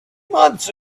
months